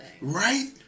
right